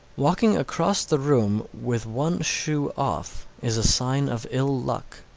walking across the room with one shoe off is a sign of ill luck.